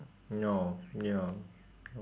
no ya